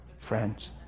Friends